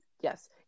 Yes